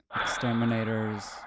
exterminators